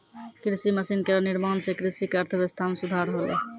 कृषि मसीन केरो निर्माण सें कृषि क अर्थव्यवस्था म सुधार होलै